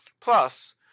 Plus